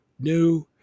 new